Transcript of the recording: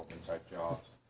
type jobs.